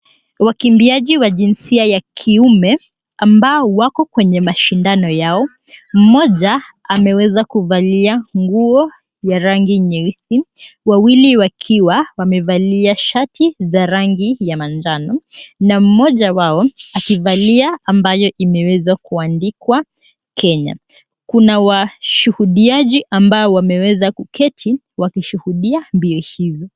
Wakimbiaji wa jinsia ya kiume ambao wako kwenye mashindano yao. Mmoja ameweza kuvalia nguo ya rangi nyeusi, wawili wakiwa wamevalia shati za rangi ya manjano na mmoja wao akivalia ambayo imewezwa kuandikwa Kenya. Kuna washuhudiaji ambao wameweza kuketi wakishuhudia mbio hizi.